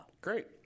Great